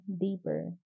deeper